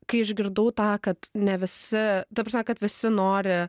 kai išgirdau tą kad ne visi ta prasme kad visi nori